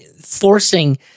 forcing